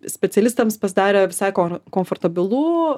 specialistams pasidarė visai komfortabilu